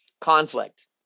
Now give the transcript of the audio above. conflict